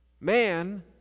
man